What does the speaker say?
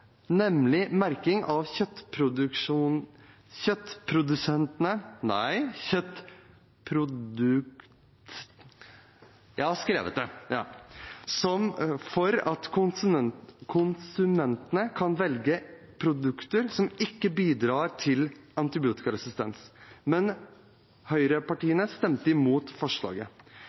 av kjøttproduktene, for at konsumentene kan velge produkter som ikke bidrar til antibiotikaresistens. Men høyrepartiene stemte imot forslaget.